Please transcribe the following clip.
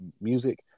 music